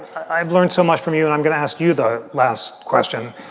i've learned so much from you. and i'm going to ask you the last question,